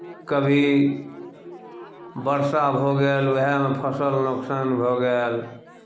कभी वर्षा भऽ गेल उएहमे फसल नोकसान भऽ गेल